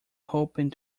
hoping